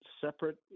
separate